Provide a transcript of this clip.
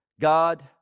God